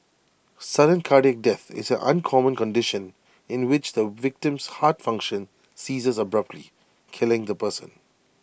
sudden cardiac death is an uncommon condition in which the victim's heart function ceases abruptly killing the person